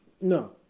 No